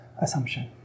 assumption